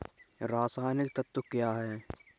रसायनिक तत्व क्या होते हैं?